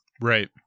right